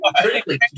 critically